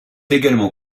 également